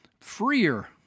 freer